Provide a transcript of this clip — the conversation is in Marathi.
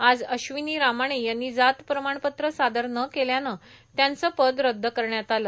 आज अश्विनी रामाणे यांनी जात प्रमाणपत्र सादर न केल्यानं त्यांचे पद रद्द करण्यात आलं